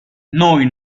noi